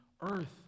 earth